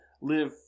live